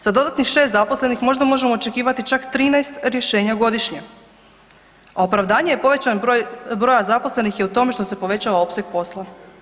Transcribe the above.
Za dodatnih 6 zaposlenih možda možemo očekivati čak 13 rješenja godišnje, a opravdanje je povećanje broja zaposlenih je u tome što se povećava opseg posla.